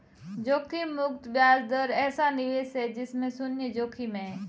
जोखिम मुक्त ब्याज दर ऐसा निवेश है जिसमें शुन्य जोखिम है